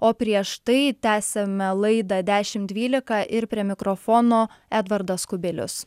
o prieš tai tęsiame laidą dešimt dvylika ir prie mikrofono edvardas kubilius